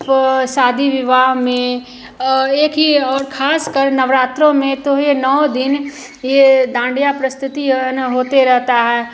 वह शादी विवाह में एक ही और ख़ासकर नवरात्रों में तो यह नौ दिन यह डाँडिया प्रस्तुति है ना होते रहता है